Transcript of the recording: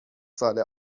سال